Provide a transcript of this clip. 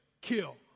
kill